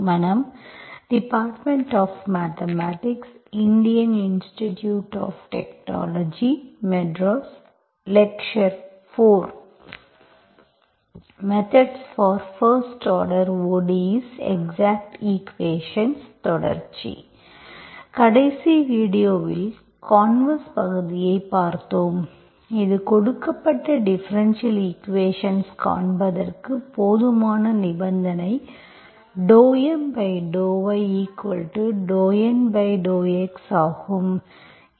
methods for first order ODE's exact equations தொடர்ச்சி கடைசி வீடியோவில் கான்வெர்ஸ் பகுதியைப் பார்த்தோம் இது கொடுக்கப்பட்ட டிஃபரென்ஷியல் ஈக்குவேஷன்ஸ் காண்பதற்குப் போதுமான நிபந்தனை ∂M∂y∂N∂x ஆகும்